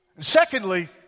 Secondly